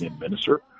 minister